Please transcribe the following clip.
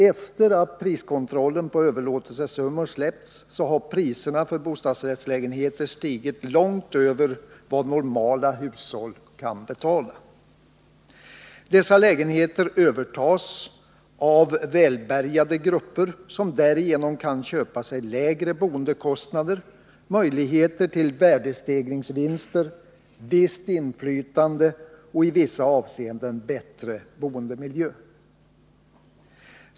Efter det att priskontrollen på överlåtelsesummor släppts, har priserna för bostadsrättslägenheter stigit långt över vad normala hushåll kan betala. Dessa lägenheter övertas av välbärgade grupper som därigenom kan köpa sig lägre boendekostnader, möjligheter till värdestegringsvinster, visst inflytande och i vissa avseenden bättre boendemiljö.